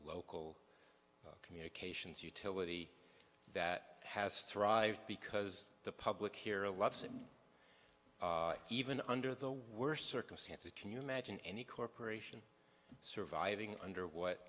local communications utility that has thrived because the public here loves it even under the worst circumstances can you imagine any corporation surviving under what